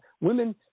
Women